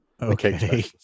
Okay